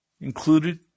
included